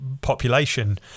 population